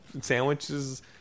sandwiches